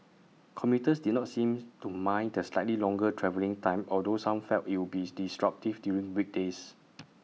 commuters did not seem to mind the slightly longer travelling time although some felt IT would be disruptive during weekdays